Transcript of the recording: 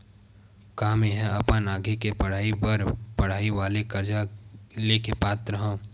का मेंहा अपन आगे के पढई बर पढई वाले कर्जा ले के पात्र हव?